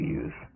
use